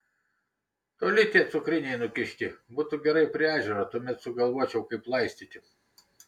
toli tie cukriniai nukišti būtų gerai prie ežero tuomet sugalvočiau kaip laistyti